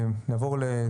נעבור לתרצה.